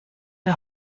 der